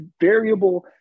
variable